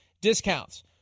discounts